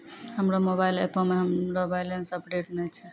हमरो मोबाइल एपो मे हमरो बैलेंस अपडेट नै छै